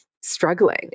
struggling